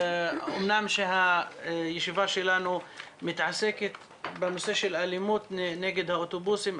אמנם הישיבה שלנו מתעסקת בנושא של אלימות נגד נהגי האוטובוסים,